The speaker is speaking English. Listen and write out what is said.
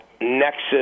nexus